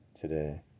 Today